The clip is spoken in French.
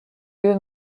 lieu